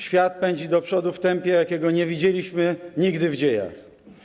Świat pędzi do przodu w tempie, jakiego nie widzieliśmy nigdy w dziejach.